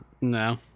No